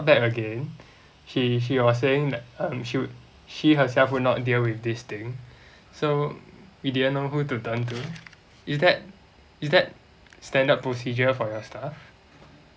back again she she was saying that um she she herself would not deal with this thing so we didn't know who to turn to is that is that standard procedure for your staff